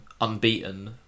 unbeaten